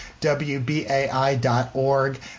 wbai.org